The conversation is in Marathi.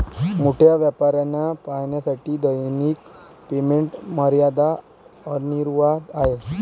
मोठ्या व्यापाऱ्यांना पाहण्यासाठी दैनिक पेमेंट मर्यादा अनिवार्य आहे